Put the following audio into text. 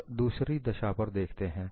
अब दूसरी दशा पर देखते हैं